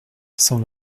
cent